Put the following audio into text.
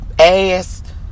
ass